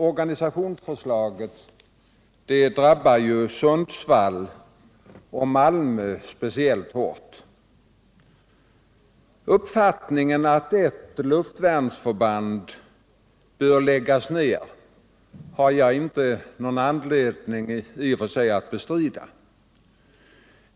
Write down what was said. Organisationsförslaget drabbar Sundsvall och Malmö speciellt hårt. Uppfattningen att ett luftvärnsförband bör läggas ned har jag i och för sig inte någon anledning att bestrida.